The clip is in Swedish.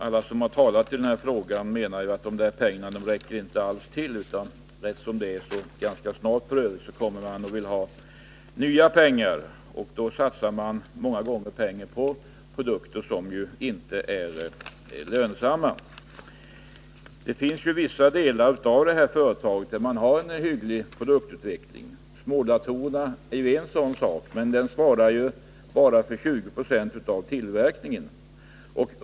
Alla som har talat i den här frågan menar att dessa pengar inte alls räcker till, utan att man ganska snart kommer att vilja ha mer pengar — och då satsar man många gånger pengar på produkter som inte är lönsamma. Inom vissa delar av företaget har man en hygglig produktutveckling. Smådatorerna är ett sådant område, men de svarar för bara 2096 av tillverkningen.